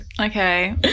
Okay